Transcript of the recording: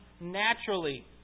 naturally